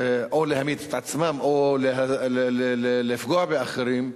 או להמית את עצמם או לפגוע באחרים,